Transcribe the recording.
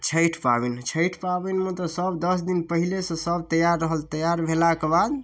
छठि पाबनि छठि पाबनिमे तऽ सब दस दिन पहिलेसँ सब तैयार रहल तैयार भेलाके बाद